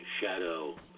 shadow